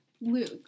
Luke